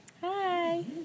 Hi